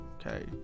okay